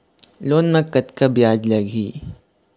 Loan म कतका ब्याज लगही?